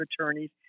attorneys